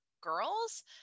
girls